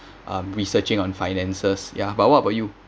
um researching on finances ya but what about you